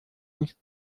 nicht